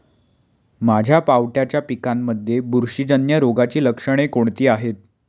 माझ्या पावट्याच्या पिकांमध्ये बुरशीजन्य रोगाची लक्षणे कोणती आहेत?